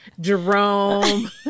Jerome